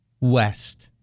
west